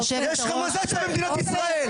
היי, יוסף,